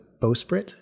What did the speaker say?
bowsprit